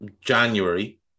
January